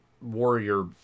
warrior